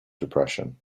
depression